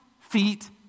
feet